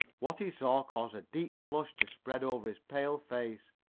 what he saw caused a deep flush to spread over his pale face.